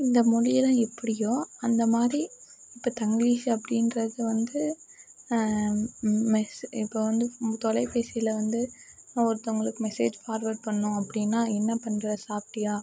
இந்த மொழி எல்லாம் எப்படியோ அந்த மாரி இப்போ தங்கிலீஷ் அப்படீன்றது வந்து இப்போ வந்து தொலைபேசியில் வந்து ஒருத்தங்களுக்கு மெசேஜ் ஃபார்வேர்ட் பண்ணணும் அப்படீன்னா என்ன பண்ற சாப்பிட்டியா